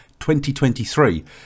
2023